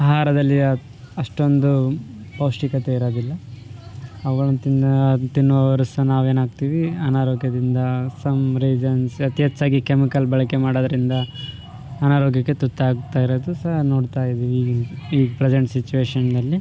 ಆಹಾರದಲ್ಲಿ ಅಷ್ಟೊಂದು ಪೌಷ್ಟಿಕತೆ ಇರೋದಿಲ್ಲ ಅವುಗಳನ್ನು ತಿನ್ನು ತಿನ್ನುವವರು ಸಹ ನಾವು ಏನಾಗ್ತೀವಿ ಅನಾರೋಗ್ಯದಿಂದ ಸಮ್ ರೀಸನ್ಸ್ ಅತಿ ಹೆಚ್ಚಾಗಿ ಕೆಮಿಕಲ್ ಬಳಕೆ ಮಾಡೋದ್ರಿಂದ ಅನಾರೋಗ್ಯಕ್ಕೆ ತುತ್ತಾಗ್ತಾಯಿರೋದು ಸಹ ನೋಡ್ತಾ ಇದ್ದಿವಿ ಈ ಪ್ರೆಸೆಂಟ್ ಸಿಚುವೇಶನ್ನಲ್ಲಿ